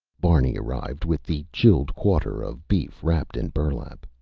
barney arrived with the chilled quarter of beef wrapped in burlap.